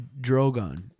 Drogon